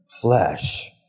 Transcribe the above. flesh